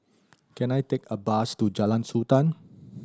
can I take a bus to Jalan Sultan